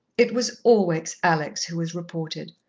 it was always alex who was reported.